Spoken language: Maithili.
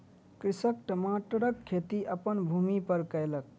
कृषक टमाटरक खेती अपन भूमि पर कयलक